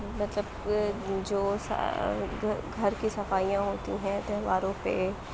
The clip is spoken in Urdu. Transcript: مطلب جو گھر کی صفائیاں ہوتی ہیں تہواروں پہ